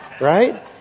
Right